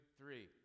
three